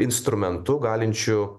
instrumentu galinčiu